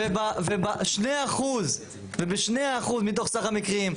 וב-2% מתוך סך המקרים.